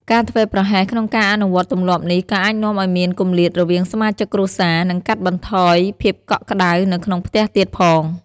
ការធ្វេសប្រហែសក្នុងការអនុវត្តទម្លាប់នេះ ក៏អាចនាំឲ្យមានគម្លាតរវាងសមាជិកគ្រួសារ និងកាត់បន្ថយភាពកក់ក្ដៅនៅក្នុងផ្ទះទៀតផង។